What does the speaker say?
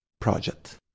project